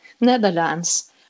Netherlands